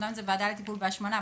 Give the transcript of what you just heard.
אמנם נושא הוועדה הוא טיפול בהשמנה,